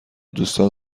دوستان